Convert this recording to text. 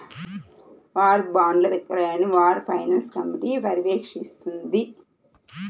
war బాండ్ల విక్రయాన్ని war finance committee పర్యవేక్షిస్తుంది